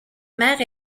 mère